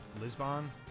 Lisbon